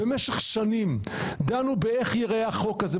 במשך שנים דנו באייך ייראה החוק הזה,